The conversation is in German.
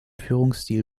führungsstil